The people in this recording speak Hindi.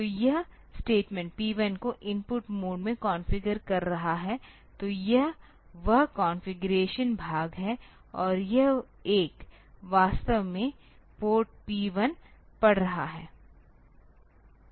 तो यह स्टेटमेंट P 1 को इनपुट मोड में कॉन्फ़िगर कर रहा है तो यह वह कॉन्फ़िगरेशन भाग है और यह 1 वास्तव में पोर्ट P 1 पढ़ रहा है